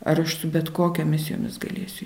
ar aš su bet kokia misijomis galėsiu